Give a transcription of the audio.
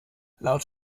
laut